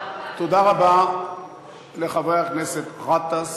תודה רבה לחבר הכנסת גטאס.